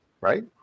Right